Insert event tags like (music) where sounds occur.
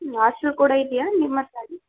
ಆರ್ಟ್ಸೂ ಕೂಡ ಇದೆಯಾ ನಿಮ್ಮ ಹತ್ರ (unintelligible)